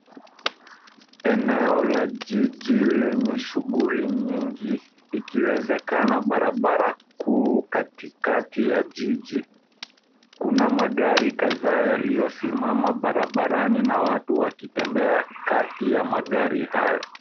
Eneo la jiji lenye shughuli nyingi, ikiwezekana barabara kuu katikati ya jiji. Kuna magari kadhaa yaliyosimama barabarani na watu wakitembea kati ya magari hayo.